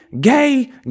gay